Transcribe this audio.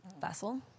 vessel